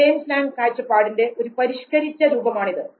James Lang കാഴ്ചപ്പാടിന്റെ ഒരു പരിഷ്കരിച്ച രൂപമാണ് ഇത്